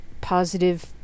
positive